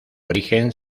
origen